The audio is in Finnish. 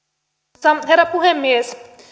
arvoisa herra puhemies